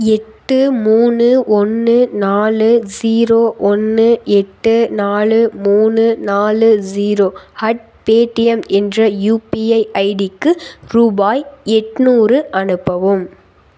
எட்டு மூணு ஒன்னு நாலு ஸீரோ ஒன்னு எட்டு நாலு மூணு நாலு ஸீரோ அட் பேடிஎம் என்ற யுபிஐ ஐடிக்கு ரூபாய் எட்நூறு அனுப்பவும்